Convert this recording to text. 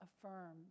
affirm